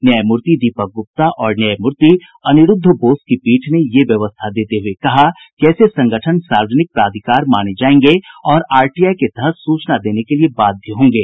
न्यायमूर्ति दीपक गुप्ता और न्यायमूर्ति अनिरूद्व बोस की पीठ ने यह व्यवस्था देते हुये कहा कि ऐसे संगठन सार्वजनिक प्राधिकार माने जायेंगे और आरटीआई के तहत सूचना देने के लिए बाध्य होंगे